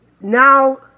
now